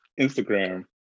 Instagram